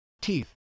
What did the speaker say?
teeth